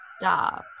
stop